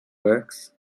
works